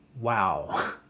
wow